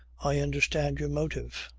i understand your motive.